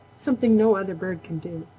something no other bird can do.